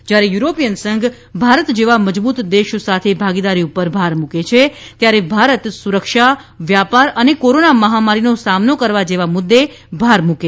જ્યારે યુરોપીયન સંઘ ભારત જેવા મજબૂત દેશ સાથે ભાગીદારી પર ભાર મૂકે છે ત્યારે ભારત સુરક્ષા વ્યાપાર અને કોરોના મહામારીનો સામનો કરવા જેવા મુદ્દે ભાર મૂકે છે